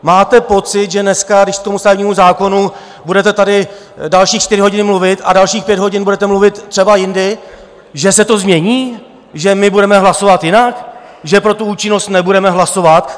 Máte pocit, že dneska, když k stavebnímu zákonu budete tady další čtyři hodiny mluvit a dalších pět hodin budete mluvit třeba jindy, že se to změní, že budeme hlasovat jinak, že pro tu účinnost nebudeme hlasovat?